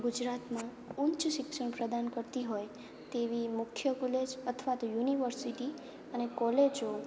ગુજરાતમાં ઉચ્ચ શિક્ષણ પ્રદાન કરતી હોય તેવી મુખ્ય કોલેજ અથવા તો યુનિવર્સિટી અને કોલેજો